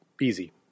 easy